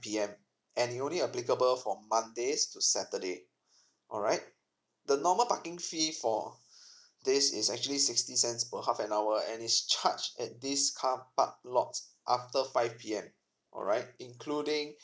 P_M and it only applicable for mondays to saturday alright the normal parking fee for this is actually sixty cents per half an hour and it's charged at this carpark lots after five P_M alright including